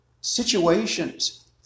situations